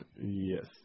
Yes